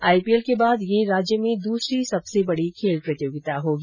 IPL के बाद ये राज्य में दूसरी सबसे बडी खेल प्रतियोगिता होगी